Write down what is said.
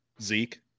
Zeke